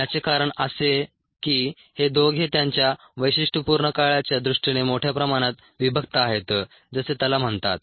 याचे कारण असे की हे दोघे त्यांच्या वैशिष्ट्यपूर्ण काळाच्या दृष्टीने मोठ्या प्रमाणात विभक्त आहेत जसे त्याला म्हणतात